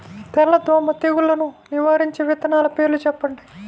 తెల్లదోమ తెగులును నివారించే విత్తనాల పేర్లు చెప్పండి?